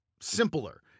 simpler